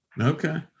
Okay